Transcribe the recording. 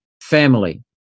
family